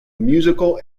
musical